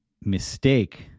mistake